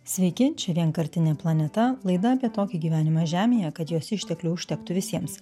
sveiki čia vienkartinė planeta laida apie tokį gyvenimą žemėje kad jos išteklių užtektų visiems